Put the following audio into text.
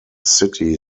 city